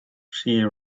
she